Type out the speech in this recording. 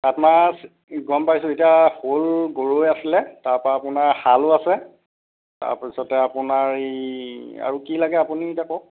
কাঠ মাছ গম পাইছোঁ এতিয়া শ'ল গৰৈ আছিলে তাৰপৰা আপোনাৰ শালো আছে তাৰপিছতে আপোনাৰ এই আৰু কি লাগে আপুনি এতিয়া কওক